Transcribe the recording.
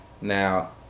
now